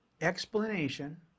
explanation